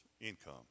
income